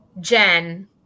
Jen